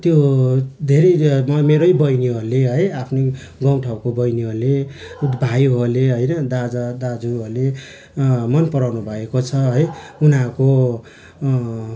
त्यो धेरै मेरै बहिनीहरूले है आफ्नै गाउँ ठाउँको बहिनीहरूले भाइहरूले होइन दाजु दाजुहरूले मनपराउनु भएको छ है उनीहरूको